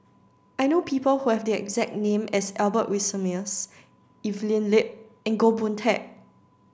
I know people who have the exact name as Albert Winsemius Evelyn Lip and Goh Boon Teck